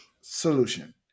solution